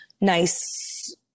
nice